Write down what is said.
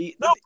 No